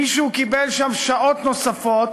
מישהו קיבל שם שעות נוספות